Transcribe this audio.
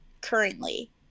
currently